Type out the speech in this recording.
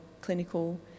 clinical